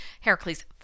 Heracles